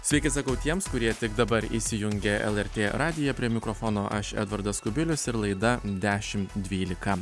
sveiki sakau tiems kurie tik dabar įsijungė lrt radiją prie mikrofono aš edvardas kubilius ir laida dešim dvylika